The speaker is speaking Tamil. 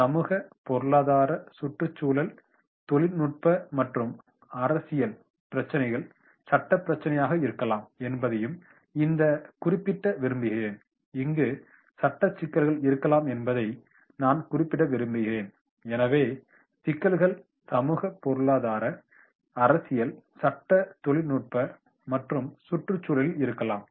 சமூக பொருளாதார சுற்றுச்சூழல் தொழில்நுட்ப மற்றும் அரசியல் பிரச்சினைகள் சட்டப் பிரச்சினையாக இருக்கலாம் என்பதையும் இங்கு குறிப்பிட விரும்புகிறேன் இங்கு சட்ட சிக்கல்கள் இருக்கலாம் என்பதை நான் குறிப்பிட விரும்புகிறேன் எனவே சிக்கல்கள் சமூக பொருளாதார அரசியல் சட்ட தொழில்நுட்ப மற்றும் சுற்றுச்சூழலில் இருக்கலாம்